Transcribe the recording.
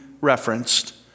referenced